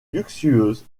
luxueuse